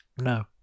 No